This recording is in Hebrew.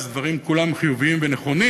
וכולם דברים חיוביים ונכונים,